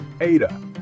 Ada